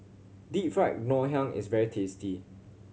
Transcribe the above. Deep Fried Ngoh Hiang is very tasty